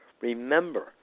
remember